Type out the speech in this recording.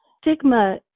Stigma